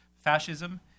fascism